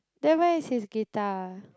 then where is his guitar